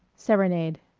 serenade